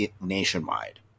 nationwide